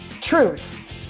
Truth